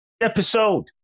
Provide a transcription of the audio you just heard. episode